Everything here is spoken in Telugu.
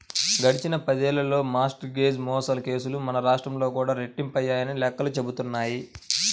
గడిచిన పదేళ్ళలో మార్ట్ గేజ్ మోసాల కేసులు మన రాష్ట్రంలో కూడా రెట్టింపయ్యాయని లెక్కలు చెబుతున్నాయి